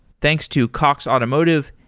thanks to cox automotive,